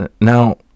Now